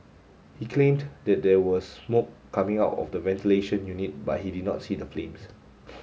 he claimed that there was smoke coming out of the ventilation unit but he did not see the flames